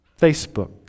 Facebook